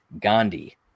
Gandhi